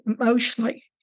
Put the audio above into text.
emotionally